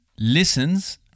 listens